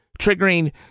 triggering